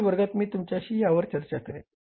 पुढील वर्गात मी तुमच्याशी यावर चर्चा करेन